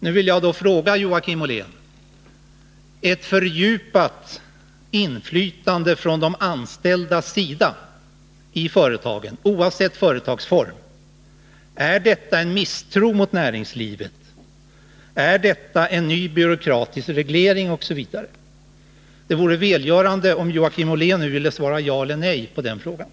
Låt mig fråga Joakim Ollén: Är ett fördjupat inflytande från de anställdas sida i företagen, oavsett företagsform, en misstro mot näringslivet? Är det en ny byråkratisk reglering osv.? Det vore välgörande om Joakim Ollén nu ville svara ja eller nej på de frågorna.